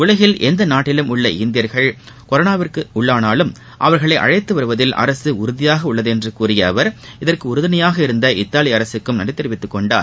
உலகில் எந்த நாட்டிலும் உள்ள இந்தியர்கள் கொரோனா தொற்றுக்கு உள்ளானாலும் அவர்களை அளழத்து வருவதில் அரசு உறுதியாக உள்ளதென்று கூறிய அவர் இதற்கு உறுதி துணையாக இருந்த இத்தாலி அரசுக்கும் நன்றி தெரிவித்துக் கொண்டார்